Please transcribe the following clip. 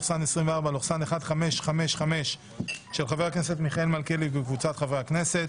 התשפ"א-2021 (פ/1581/24),של ח"כ איימן עודה וקבוצת חברי כנסת